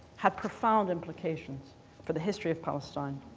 have profound implications for the history of palestine,